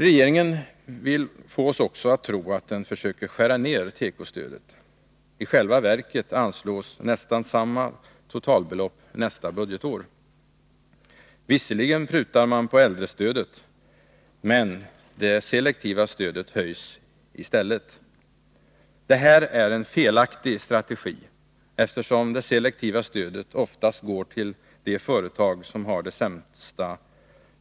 Regeringen vill få oss att tro att den försöker skära ner tekostödet. I själva verket anslås nästan samma totalbelopp nästa budgetår. Visserligen prutar regeringen på äldrestödet, men det selektiva stödet höjs i stället. Det är en felaktig strategi, eftersom det selektiva stödet oftast går till de företag som har de sämsta